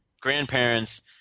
grandparents